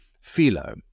Philo